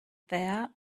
there